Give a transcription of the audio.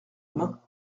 main